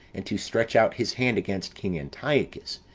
and to stretch out his hand against king antiochus